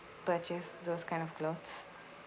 purchase those kind of clothes